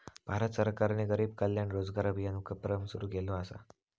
भारत सरकारने गरीब कल्याण रोजगार अभियान उपक्रम सुरू केला असा